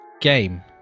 game